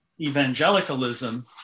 evangelicalism